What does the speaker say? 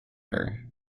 her